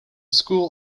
school